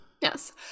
Yes